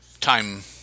time